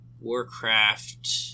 Warcraft